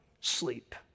sleep